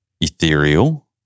ethereal